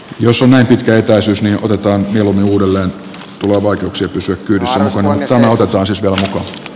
jos näin pitkä etäisyys otetaan uudelleen tule vaikeuksia pysyä kyydissä vasen eteen joudutaan sisälle